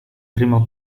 prima